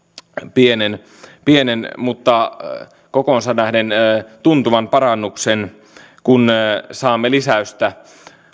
pienen pienen mutta kokoonsa nähden tuntuvan parannuksen kun saamme lisäystä